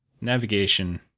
navigation